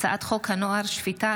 הצעת חוק הנוער (שפיטה,